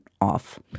off